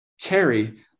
carry